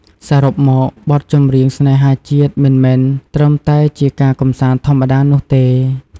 សរុបមក បទចម្រៀងស្នេហាជាតិមិនមែនត្រឹមតែជាការកម្សាន្តធម្មតានោះទេ។